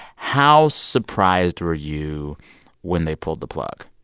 how surprised were you when they pulled the plug?